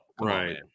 Right